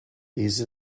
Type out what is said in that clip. these